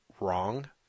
wrong